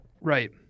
Right